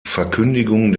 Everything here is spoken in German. verkündigung